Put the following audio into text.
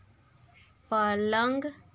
पलंग